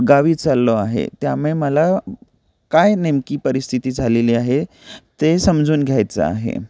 गावी चाललो आहे त्यामुळे मला काय नेमकी परिस्थिती झालेली आहे ते समजून घ्यायचं आहे